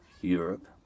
Europe